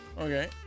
okay